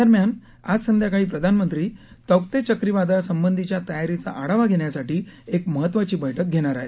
दरम्यान आज संध्याकाळी प्रधानमंत्री तौक्ते चक्रीवादळासंबधीच्या तयारीचा आढावा घेण्यासाठी एक महत्वाची बैठक घेणार आहेत